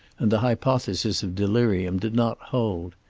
and the hypothesis of delirium did not hold.